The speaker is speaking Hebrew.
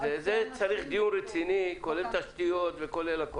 לזה צריך דיון רציני, כולל תשתיות וכולל הכול.